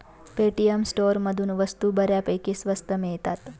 Paytm स्टोअरमधून वस्तू बऱ्यापैकी स्वस्त मिळतात